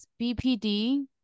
BPD